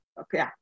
okay